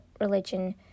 religion